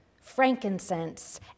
frankincense